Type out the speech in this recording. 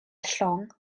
llong